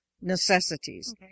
necessities